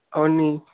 అవన్నీ